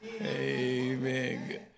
Amen